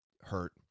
hurt